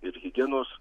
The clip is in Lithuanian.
ir higienos